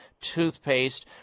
toothpaste